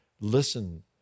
Listen